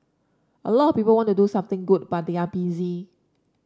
a lot of people want to do something good but they are busy